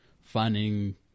finding